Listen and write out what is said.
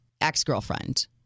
ex-girlfriend